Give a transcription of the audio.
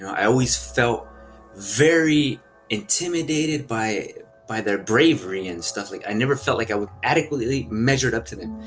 i always felt very intimidated by by their bravery and stuff. like i never felt like i was adequately measured up to them.